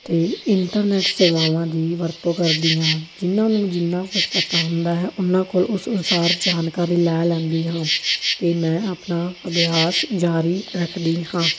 ਅਤੇ ਇੰਟਰਨੈਟ ਸੇਵਾਵਾਂ ਦੀ ਵਰਤੋਂ ਕਰਦੀ ਹਾਂ ਜਿਨ੍ਹਾਂ ਨੂੰ ਜਿੰਨਾ ਕੁਛ ਪਤਾ ਹੁੰਦਾ ਹੈ ਉਹਨਾਂ ਕੋਲ ਉਸ ਅਨੁਸਾਰ ਜਾਣਕਾਰੀ ਲੈ ਲੈਂਦੀ ਹਾਂ ਅਤੇ ਮੈਂ ਆਪਣਾ ਅਭਿਆਸ ਜਾਰੀ ਰੱਖਦੀ ਹਾਂ